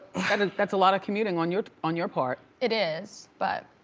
and that's a lotta commuting on your on your part. it is, but,